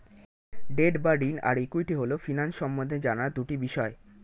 date বা ঋণ আর ইক্যুইটি হল ফিন্যান্স সম্বন্ধে জানার দুটি বিষয়